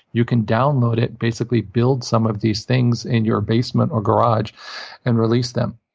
you can download it. basically build some of these things in your basement or garage and release them.